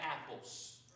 apples